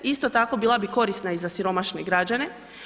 Isto tako bila bi korisna i za siromašne građane.